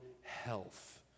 health